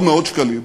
לא מאות שקלים,